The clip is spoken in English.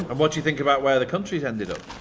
um what do you think about where the country has ended up?